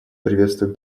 приветствуем